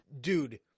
Dude